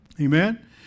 Amen